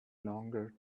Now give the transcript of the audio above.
longer